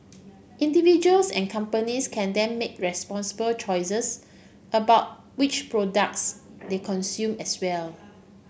individuals and companies can then make responsible choices about which products they consume as well